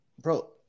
Bro